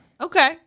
Okay